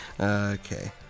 Okay